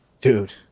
dude